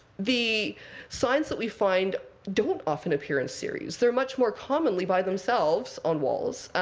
the signs that we find don't often appear in series. they're much more commonly by themselves on walls.